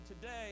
today